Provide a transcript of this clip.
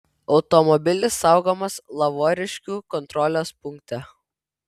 automobilis saugomas lavoriškių kontrolės punkte